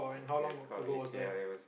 it's called a_c_l it was